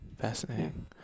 Fascinating